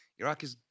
Iraqis